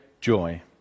joy